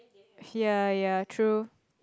ya ya true